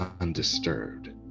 undisturbed